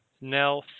Now